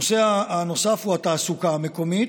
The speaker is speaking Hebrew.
הנושא הנוסף הוא התעסוקה המקומית.